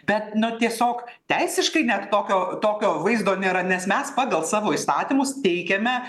bet na tiesiog teisiškai net tokio tokio vaizdo nėra nes mes pagal savo įstatymus teikiame